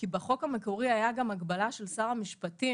כי בחוק המקורי הייתה גם הגבלה של שר המשפטים,